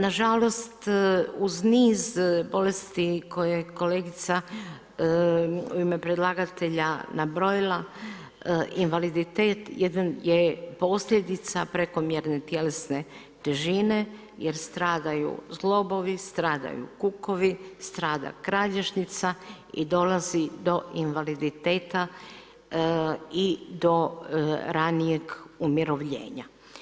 Nažalost uz niz bolesti koje je kolegica uime predlagatelja nabrojila invaliditet jedan je posljedica prekomjerne tjelesne težine jer stradaju zglobovi, stradaju kukovi, strada kralježnica i dolazi do invaliditeta i do ranijeg umirovljenja.